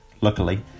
luckily